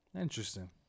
Interesting